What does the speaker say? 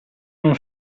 non